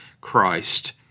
Christ